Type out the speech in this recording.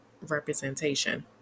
representation